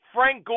Frank